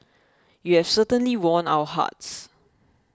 you've certainly won our hearts